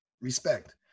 respect